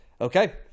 okay